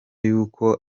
y’uko